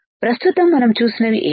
ప్రస్తుతం మనం చూసినవి ఏమిటి